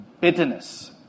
bitterness